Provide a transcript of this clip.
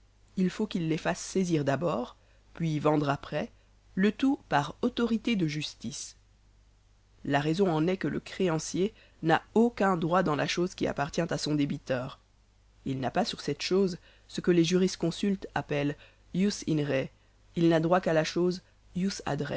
il faut qu'il les fasse saisir d'abord puis vendre après le tout par autorité de justice la raison en est que le créancier n'a aucun droit dans la chose qui appartient à son débiteur il n'a pas sur cette chose ce que les jurisconsultes appellent jus in re il n'a droit qu'à la chose jus